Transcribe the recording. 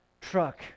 truck